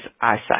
eyesight